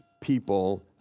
people